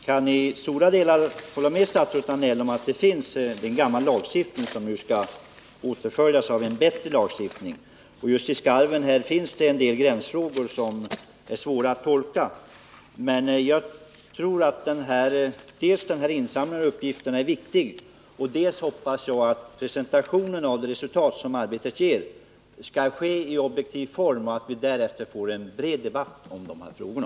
Herr talman! Jag kani stora delar hålla med statsrådet Danell. Här finns en gammallagstiftning som skall följas av en bättre, och just i skarven blir det en del gränsfrågor som är svåra att tolka. Jag tror att den här insamlingen av uppgifter är viktig, och jag hoppas att presentationen av det resultat som arbetet ger skall ske i objektiv form och att vi därefter får en bred debatt om de här frågorna.